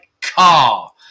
car